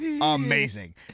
amazing